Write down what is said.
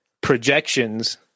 projections